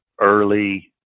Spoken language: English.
early